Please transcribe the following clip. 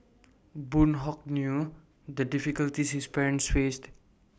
boon Hock knew the difficulties his parents faced